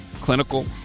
Clinical